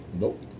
nope